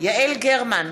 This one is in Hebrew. יעל גרמן,